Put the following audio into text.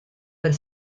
per